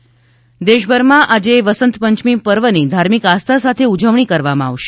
વસંત પંચમી દેશભરમાં આજે વસંતપંયમી પર્વની ધાર્મિક આસ્થા સાથે ઉજવણી કરવામાં આવશે